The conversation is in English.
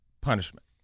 punishment